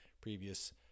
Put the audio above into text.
Previous